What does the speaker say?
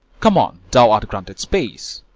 come on thou art granted space.